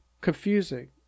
confusing